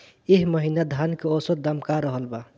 एह महीना धान के औसत दाम का रहल बा?